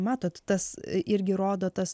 matot tas irgi rodo tas